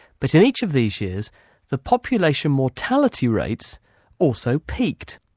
but in each of these years the population mortality rates also peaked.